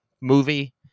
movie